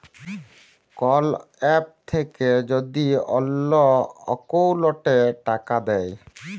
call app থাক্যে যদি অল্লো অকৌলটে টাকা দেয়